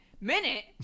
Minute